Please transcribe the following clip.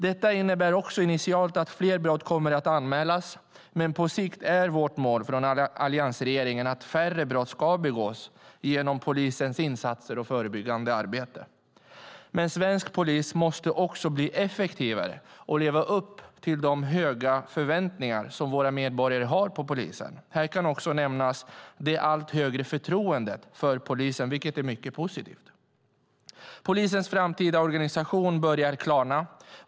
Detta innebär också initialt att fler brott kommer att anmälas, men på sikt är vårt mål från alliansregeringen att färre brott ska begås genom polisens insatser och förebyggande arbete. Svensk polis måste bli effektivare och leva upp till de höga förväntningar som våra medborgare har på polisen. Här kan nämnas det allt högre förtroendet för polisen, vilket är mycket positivt. Polisens framtida organisation börjar klarna.